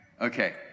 Okay